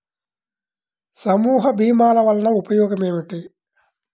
సమూహ భీమాల వలన ఉపయోగం ఏమిటీ?